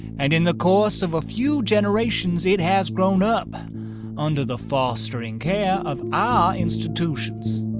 and in the course of a few generations it has grown up under the fostering care of our institutions